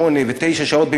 שמונה ותשע שעות,